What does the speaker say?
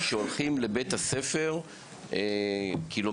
שהולכים לבית הספר קילומטרים,